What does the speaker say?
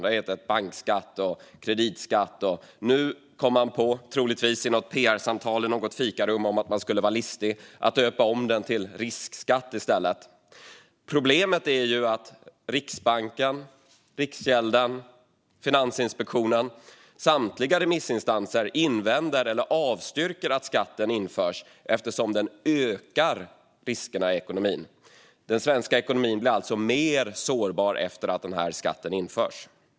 Den har hetat "bankskatt" och "kreditskatt", och nu kom man på, troligtvis i något pr-samtal i fikarummet, att man skulle vara listig och döpa om den till "riskskatt" i stället. Problemet är att Riksbanken, Riksgälden och Finansinspektionen, samtliga remissinstanser, invänder mot eller avstyrker att skatten införs, eftersom den ökar riskerna i ekonomin. Den svenska ekonomin blir alltså mer sårbar efter att den här skatten införs.